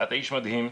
אתה איש מדהים,